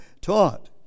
taught